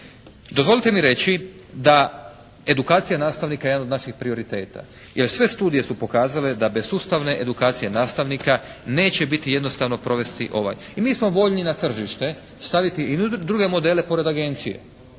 Dozvolite mi reći da edukacija nastavnika je jedan od naših prioriteta jer sve studije su pokazale da bez sustavne edukacije nastavnika neće biti jednostavno provesti ovaj i mi smo voljni na tržište staviti i druge modele pored agencije.